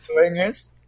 Swingers